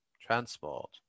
Transport